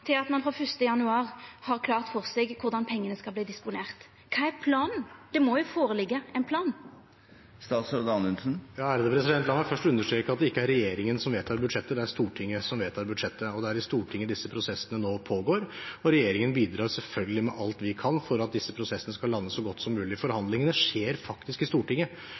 til at ein frå 1. januar 2017 har klart for seg korleis pengane skal verta disponerte? Kva er planen? Det må jo liggja føre ein plan. La meg først understreke at det ikke er regjeringen som vedtar budsjettet. Det er Stortinget som vedtar budsjettet, og det er i Stortinget disse prosessene nå pågår. Regjeringen bidrar selvfølgelig med alt vi kan for at disse prosessene skal lande så godt som mulig. Forhandlingene skjer faktisk i Stortinget,